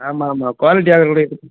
ஆமாம் ஆமாம் குவாலிட்டியாகவே கூட